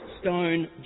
stone